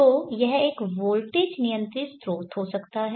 तो यह एक वोल्टेज नियंत्रित स्रोत हो सकता है